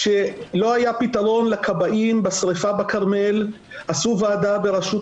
כשלא היה פתרון לכבאים בשריפה בכרמל עשו ועדה בראשות